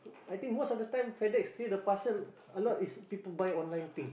I think most of time Fedex clear the parcel a lot is people buy online thing